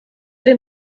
den